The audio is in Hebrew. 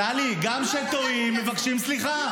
טלי, גם כשטועים מבקשים סליחה.